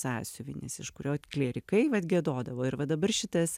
sąsiuvinis iš kurio klierikai vat giedodavo ir va dabar šitas